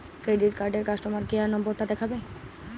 Credit কার্ডের customer care number টা কিভাবে পাবো?